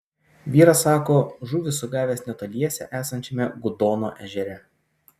vyras sako žuvį sugavęs netoliese esančiame gudono ežere